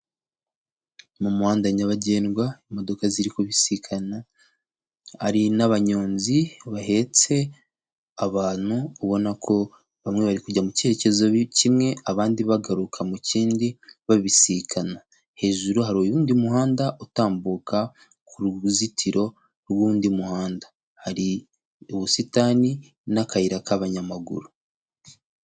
Mu muhanda nyabagendwa imodoka ziri kubisikana, hari n'abanyonzi bahetse abantu, ubona ko bamwe bari kujya mu cyerekezo kimwe abandi bagaruka mu kindi babisikana. Hejuru hari uwundi muhanda utambuka ku ruzitiro rw'uwundi muhanda. Hari ubusitani n'akayira k'abanyamaguru.